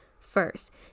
first